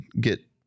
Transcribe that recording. get